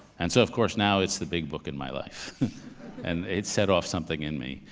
and so, of course, now it's the big book in my life and it set off something in me,